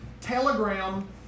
Telegram